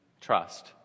trust